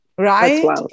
Right